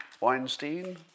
Weinstein